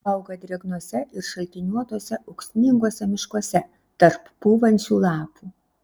auga drėgnuose ir šaltiniuotuose ūksminguose miškuose tarp pūvančių lapų